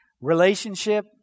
relationship